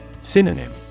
Synonym